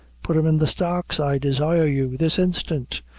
put him in the stocks, i desire you, this instant!